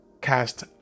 cast